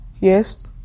yes